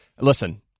Listen